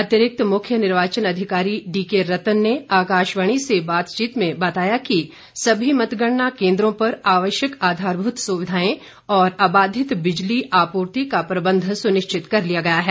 अतिरिक्त मुख्य निर्वाचन अधिकारी डीके रतन ने आकाशवाणी से बातचीत में बताया कि सभी मतगणना केन्द्रों पर आवश्यक आधारभूत सुविधाएं और आबाधित बिजली आपूर्ति का प्रबंध सुनिश्चित कर लिया गया है